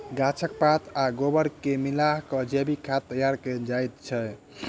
गाछक पात आ गोबर के मिला क जैविक खाद तैयार कयल जाइत छै